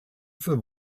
schiffe